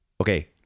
Okay